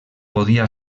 podia